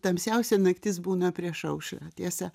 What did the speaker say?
tamsiausia naktis būna prieš aušrą tiesa